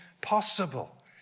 possible